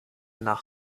nach